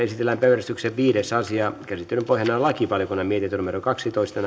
esitellään päiväjärjestyksen viides asia käsittelyn pohjana on lakivaliokunnan mietintö kaksitoista